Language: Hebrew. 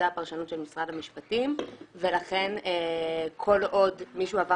זו הפרשנות של משרד המשפטים ולכן כל עוד מישהו עבר